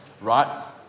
Right